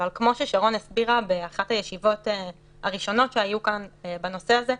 אבל כמו ששרון הסבירה באחת הישיבות הראשונות שהיו כאן בנושא הזה,